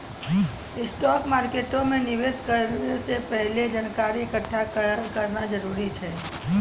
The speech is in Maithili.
स्टॉक मार्केटो मे निवेश करै से पहिले जानकारी एकठ्ठा करना जरूरी छै